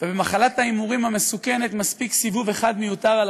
ובמחלת ההימורים המסוכנת מספיק סיבוב אחד מיותר על